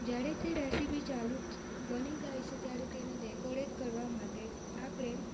જ્યારે તે રેસીપી ચાલુ બની જાય છે ત્યારે તેને ડેકોરેટ કરવા માટે આપણે